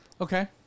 Okay